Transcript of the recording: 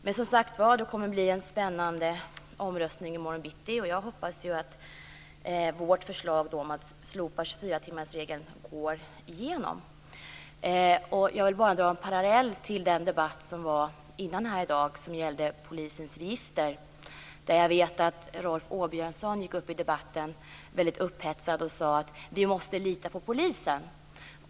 Men som sagt var kommer det att bli en spännande omröstning i morgon bitti, och jag hoppas ju att vårt förslag om att slopa Jag vill gärna dra en parallell till den debatt som var förut här i dag som gällde polisens register. Där vet jag att Rolf Åbjörnsson gick upp i debatten och var väldigt upphetsad. Han sade: Vi måste lita på polisen.